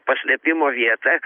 paslėpimo vietą